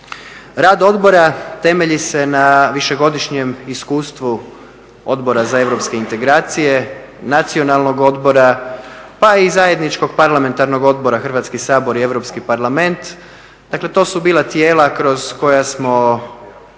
Rad odbora temelji se na višegodišnjem iskustvu Odbora za europske integracije, nacionalnog odbora, pa i zajedničkog parlamentarnog odbora Hrvatski sabor i Europski parlament. Dakle, to su bila tijela kroz koja smo